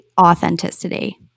authenticity